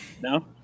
No